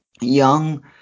Young